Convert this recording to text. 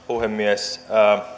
puhemies